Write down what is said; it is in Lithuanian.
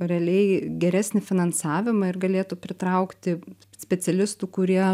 realiai geresnį finansavimą ir galėtų pritraukti specialistų kurie